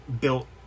built